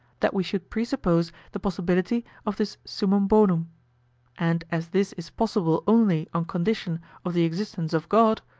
that we should presuppose the possibility of this summum bonum and as this is possible only on condition of the existence of god,